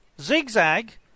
zigzag